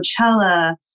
Coachella